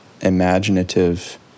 imaginative